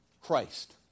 Christ